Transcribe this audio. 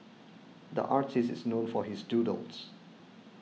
the artist is known for his doodles